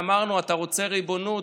ואמרנו: אתה רוצה ריבונות?